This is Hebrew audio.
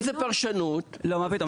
אם זו פרשנות --- א לא, מה פתאום.